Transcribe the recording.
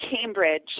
Cambridge